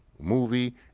movie